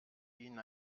ihnen